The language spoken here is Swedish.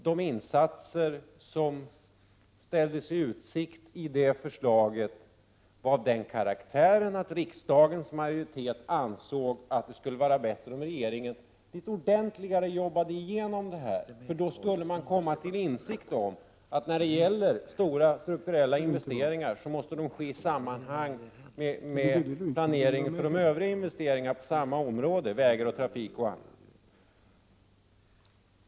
De insatser som ställdes i utsikt i förslaget var av den karaktären att riksdagens majoritet ansåg att det skulle vara bättre om regeringen litet mera ordentligt jobbade igenom förslaget, för att komma till insikt om att stora strukturella investeringar måste göras i samband med planeringen för övriga investeringar på samma område, som vägar, trafik och annat.